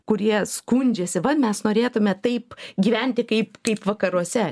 kurie skundžiasi vat mes norėtume taip gyventi kaip kaip vakaruose